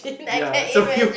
ya so